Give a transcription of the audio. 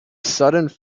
sudden